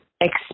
expect